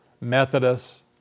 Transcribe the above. Methodists